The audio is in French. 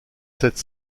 cette